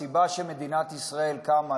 הסיבה שמדינת ישראל קמה,